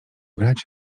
grać